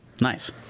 Nice